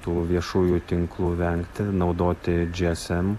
tų viešųjų tinklų vengti naudoti gsm